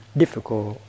difficult